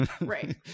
Right